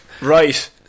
Right